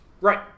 Right